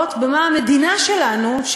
מעורבות במה המדינה שלנו,